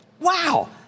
Wow